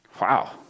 Wow